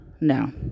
No